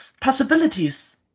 possibilities